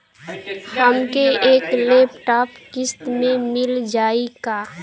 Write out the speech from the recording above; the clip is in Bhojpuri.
हमके एक लैपटॉप किस्त मे मिल जाई का?